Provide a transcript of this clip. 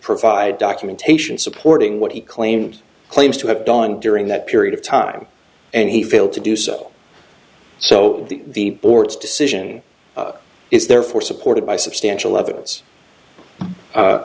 provide documentation supporting what he claimed claims to have done during that period of time and he failed to do so so the board's decision is therefore supported by substantial evidence